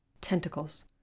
Tentacles